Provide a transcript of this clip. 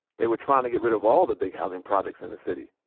they were trying to get rid of all the big housing projects in the city.